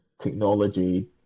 technology